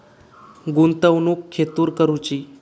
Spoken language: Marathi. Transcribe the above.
गुंतवणुक खेतुर करूची?